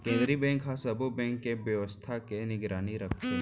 केंद्रीय बेंक ह सब्बो बेंक के बेवस्था के निगरानी करथे